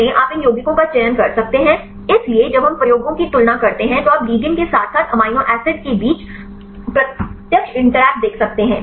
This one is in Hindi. अंत में आप इन यौगिकों का चयन कर सकते हैं इसलिए जब हम प्रयोगों की तुलना करते हैं तो आप लिगैंड के साथ साथ अमीनो एसिड के बीच प्रत्यक्ष इंटरैक्ट देख सकते हैं